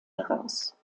heraus